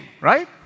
right